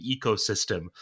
ecosystem